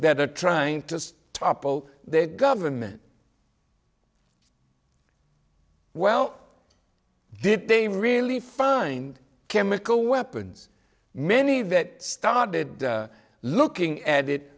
that are trying to topple the government well did they really find chemical weapons many that started looking at it